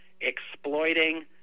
exploiting